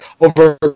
over